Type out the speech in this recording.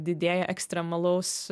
didėja ekstremalaus